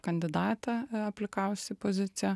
kandidatą aplikavusį į poziciją